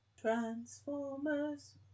Transformers